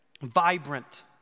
vibrant